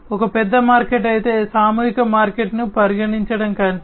ఒక పెద్ద మార్కెట్ అయితే సామూహిక మార్కెట్ను పరిగణించడం కంటే